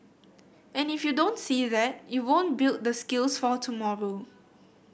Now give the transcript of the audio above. and if you don't see that you won't build the skills for tomorrow